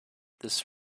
this